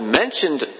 mentioned